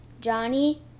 Johnny